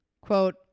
quote